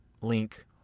link